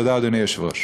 תודה, אדוני היושב-ראש.